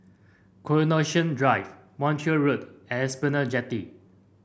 Coronation Drive Montreal Road and Esplanade Jetty